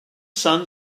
sun